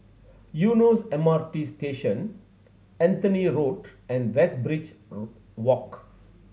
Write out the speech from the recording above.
Eunos M R T Station Anthony Road and Westridge Walk